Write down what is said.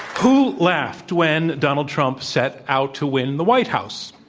who laughed when donald trump set out to win the white house?